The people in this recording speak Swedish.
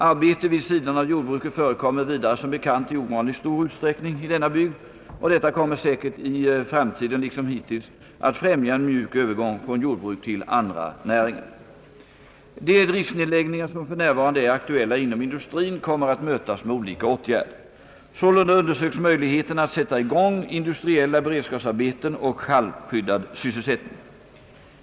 Arbete vid sidan av jordbruket förekommer vidare som bekant i ovanligt stor utsträckning i denna bygd och detta kommer säkert i framtiden liksom hittills att främja en mjuk övergång från jordbruk till andra näringar. De driftsnedläggningar som f. n. är aktuella inom industrin kommer att mötas med olika åtgärder. Sålunda undersöks möjligheterna att sätta i gång industriella beredskapsarbeten och halvskyddad sysselsättning.